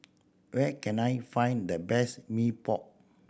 where can I find the best Mee Pok